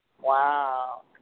Wow